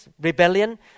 rebellion